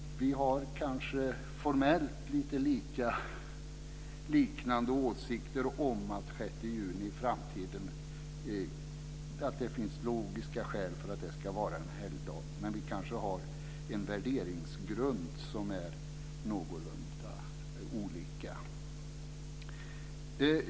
Vi har kanske formellt liknande åsikter om att det finns logiska skäl för att den 6 juni i framtiden ska vara en helgdag, men vi har kanske olika värderingsgrunder.